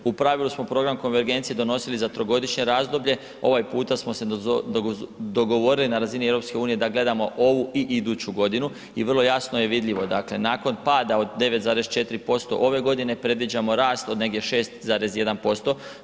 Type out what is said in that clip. U pravilu smo program konvergencije donosili za trogodišnje razdoblje, ovaj puta smo se dogovorili na razini EU da gledamo ovu i idući godinu i vrlo jasno je vidljivo, dakle nakon pada od 9,4% ove godine, predviđamo rast od negdje 6,1%